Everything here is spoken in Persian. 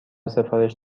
سفارش